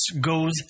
goes